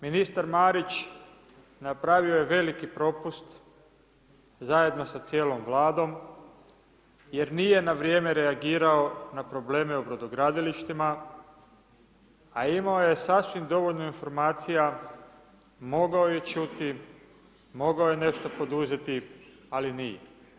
Ministar Marić, napravio je veliki propust zajedno sa cijelom Vladom jer nije na vrijeme reagirao na probleme u brodogradilištima a imao je sasvim dovoljno informacija, mogao je čuti, mogao je nešto poduzeti ali nije.